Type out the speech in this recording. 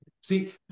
See